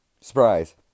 Surprise